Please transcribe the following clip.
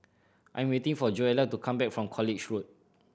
I am waiting for Joella to come back from College Road